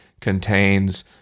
contains